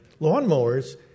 lawnmowers